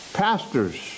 pastors